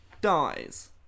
dies